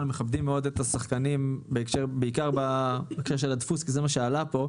מכבדים מאוד את השחקנים בעיקר בקשר לדפוס כי זה מה שעלה כאן,